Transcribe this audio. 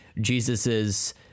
Jesus's